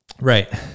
right